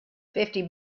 fifty